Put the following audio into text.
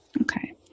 okay